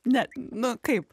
ne nu kaip